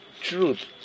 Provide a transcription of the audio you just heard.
truth